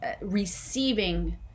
receiving